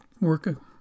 work